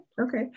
Okay